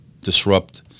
disrupt